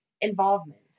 involvement